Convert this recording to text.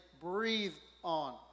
breathe-on